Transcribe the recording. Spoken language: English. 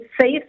safe